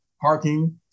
parking